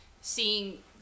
seeing